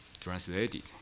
translated